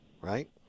right